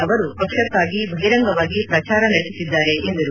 ಅವರು ಪಕ್ಷಕ್ಕಾಗಿ ಬಹಿರಂಗವಾಗಿ ಪ್ರಚಾರ ನಡೆಸುತ್ತಿದ್ದಾರೆ ಎಂದರು